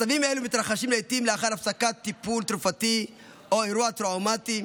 מצבים אלו מתרחשים לעיתים לאחר הפסקת טיפול תרופתי או אירוע טראומטי,